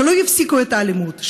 שלא יפסיקו את האלימות,